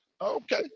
okay